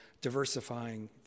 diversifying